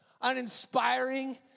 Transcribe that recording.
uninspiring